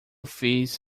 fiz